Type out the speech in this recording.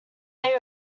they